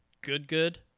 good-good